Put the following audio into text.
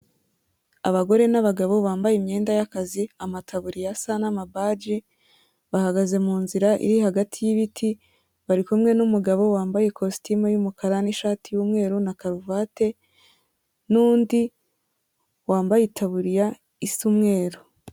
Abagore n'abagabo bambaye imyenda y'akazi, amataburiya asa n'amabaji bahagaze mu nzira iri hagati y'ibiti, bari kumwe n'umugabo wambaye ikositimu y'umukara n'ishati y'umweru, na karuvati n'undi wambaye itaburiya isa umweru.